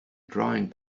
drawing